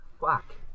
Fuck